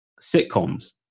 sitcoms